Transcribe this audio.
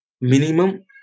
minimum